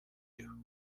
you